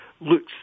looks